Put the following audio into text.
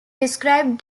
described